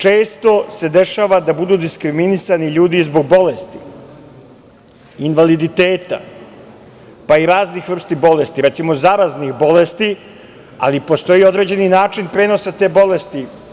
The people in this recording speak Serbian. Često se dešava da budu diskriminisani ljudi zbog bolesti, invaliditeta, pa i raznih vrsti bolesti, recimo zaraznih bolesti, ali postoji određeni način prenosa te bolesti.